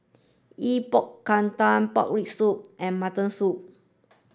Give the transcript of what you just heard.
Epok Kentang Pork Rib Soup and Mutton Soup